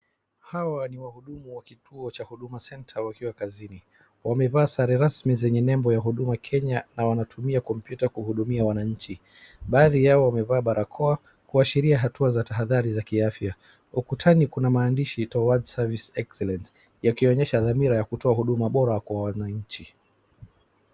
Hawa ni wahudumuwa huduma center wakiwa kazini. Wamevaa sare rasmi zenye nembo ya huduma Kenya na wanatumia kompyuta kuhudumia wananchi. Baadhi yao wamevaa barakoa kuashiria hatua za tahadhari za kiafya. Ukutani kuna maandishi toward service excellence yakionyesha dhamira yakutoa huduma bora kwa wananchi.